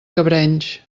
cabrenys